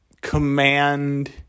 ...command